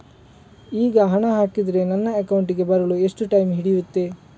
ಈಗ ಹಣ ಹಾಕಿದ್ರೆ ನನ್ನ ಅಕೌಂಟಿಗೆ ಬರಲು ಎಷ್ಟು ಟೈಮ್ ಹಿಡಿಯುತ್ತೆ?